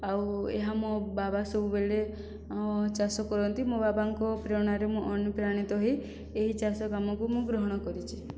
ଆଉ ଏହା ମୋ ବାବା ସବୁବେଳେ ଚାଷ କରନ୍ତି ମୋ ବାବାଙ୍କ ପ୍ରେରଣାରେ ମୁଁ ଅନୁପ୍ରାଣିତ ହୋଇ ଏହି ଚାଷ କାମକୁ ମୁଁ ଗ୍ରହଣ କରିଛି